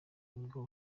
nibwo